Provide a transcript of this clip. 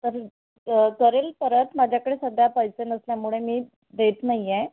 करेन करेन परत माझ्याकडे सध्या पैसे नसल्यामुळे मी देत नाही आहे